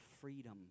freedom